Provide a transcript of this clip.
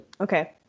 okay